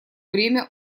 время